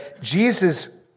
Jesus